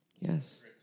yes